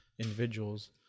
individuals